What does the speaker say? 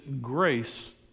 grace